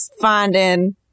finding